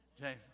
James